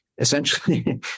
Essentially